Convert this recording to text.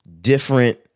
different